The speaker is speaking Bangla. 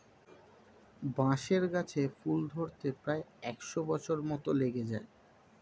বাঁশের গাছে ফুল ধরতে প্রায় একশ বছর মত লেগে যায়